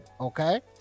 okay